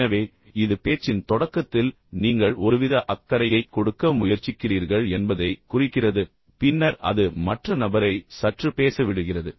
எனவே இது பேச்சின் தொடக்கத்தில் நீங்கள் ஒருவித அக்கறையைக் கொடுக்க முயற்சிக்கிறீர்கள் என்பதைக் குறிக்கிறது பின்னர் அது மற்ற நபரை சற்று பேச விடுகிறது